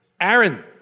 Aaron